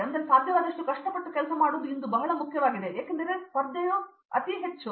ಈಗ ಸಾಧ್ಯವಾದಷ್ಟು ಕಷ್ಟಪಟ್ಟು ಕೆಲಸ ಮಾಡುವುದು ಇಂದು ಬಹಳ ಮುಖ್ಯವಾಗಿದೆ ಏಕೆಂದರೆ ಸ್ಪರ್ಧೆಯು ಅತಿ ಹೆಚ್ಚು